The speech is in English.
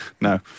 no